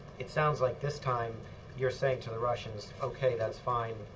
it sounds like this time you're saying to the russians, okay, that's fine,